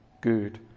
good